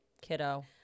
kiddo